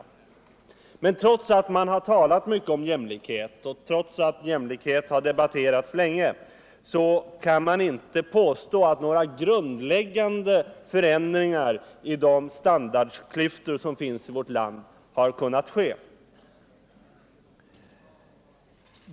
Men trots att man länge har debatterat frågan om jämlikhet kan ingen påstå att några grundläggande förändringar av de standardskillnader som finns i vårt land har kunnat ske.